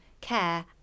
care